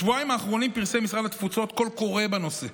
בשבועיים האחרונים פרסם משרד התפוצות קול קורא בנושא,